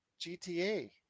GTA